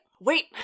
wait